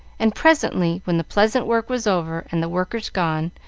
and presently, when the pleasant work was over, and the workers gone,